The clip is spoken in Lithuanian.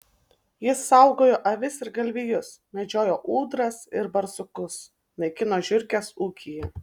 jis saugojo avis ir galvijus medžiojo ūdras ir barsukus naikino žiurkes ūkyje